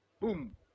boom